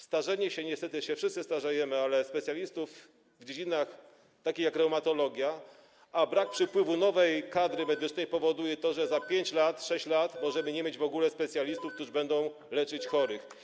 Starzenie się - niestety wszyscy się starzejemy - specjalistów w dziedzinach takich jak reumatologia i brak napływu nowej kadry medycznej spowoduje to, że za 5 lat, 6 lat możemy nie mieć w ogóle specjalistów, którzy będą leczyć chorych.